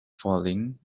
falling